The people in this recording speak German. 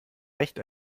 recht